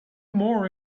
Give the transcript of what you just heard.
more